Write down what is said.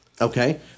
Okay